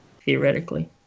theoretically